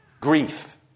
grief